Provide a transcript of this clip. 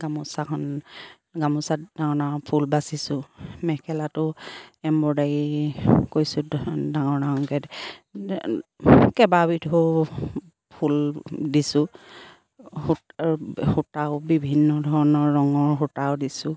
গামোচাখন গামোচা ডাঙৰ ডাঙৰ ফুল বাচিছোঁ মেখেলাটো এম্ব্ৰইডাৰী কৰিছোঁ ডাঙৰ ডাঙৰকৈ কেইবাবিধো ফুল দিছোঁ সূতাও বিভিন্ন ধৰণৰ ৰঙৰ সূতাও দিছোঁ